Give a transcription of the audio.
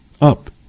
up